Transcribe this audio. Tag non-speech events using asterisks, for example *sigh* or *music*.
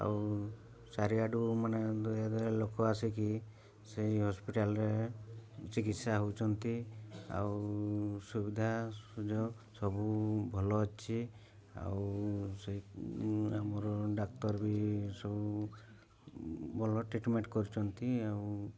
ଆଉ ଚାରିଆଡ଼ୁ ମାନେ *unintelligible* ଲୋକ ଆସିକି ସେଇ ହସ୍ପିଟାଲ୍ରେ ଚିକିତ୍ସା ହେଉଛନ୍ତି ଆଉ ସୁବିଧା ସୁଯୋଗ ସବୁ ଭଲ ଅଛି ଆଉ ସେ ଆମର ଡାକ୍ତର ବି ସବୁ ଭଲ ଟ୍ରିଟମେଣ୍ଟ କରୁଛନ୍ତି ଆଉ